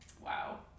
Wow